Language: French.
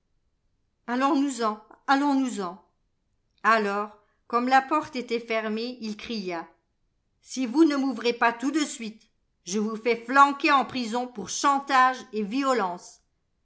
allons-nous-en allons-nous-en alors comme la porte était fermée il cria si vous ne m'ouvrez jas tout de suite je vous fais fianquer en prison pour chantage et violence